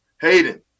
Hayden